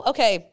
Okay